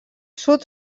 sud